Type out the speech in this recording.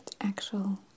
Actual